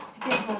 k